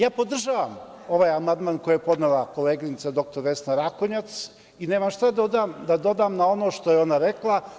Ja podržavam ovaj amandman koji je podnela koleginica dr Vesna Rakonjac i nemam šta da dodam na ono što je ona rekla.